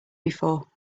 before